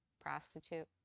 Prostitute